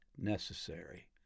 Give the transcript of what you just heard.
necessary